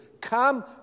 Come